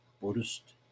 Buddhist